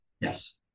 yes